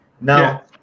Now